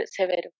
severo